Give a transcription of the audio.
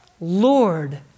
Lord